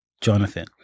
Jonathan